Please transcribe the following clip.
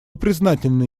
признательны